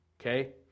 okay